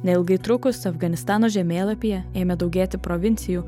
neilgai trukus afganistano žemėlapyje ėmė daugėti provincijų